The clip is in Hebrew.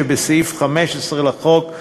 שבסעיף 15 לחוק,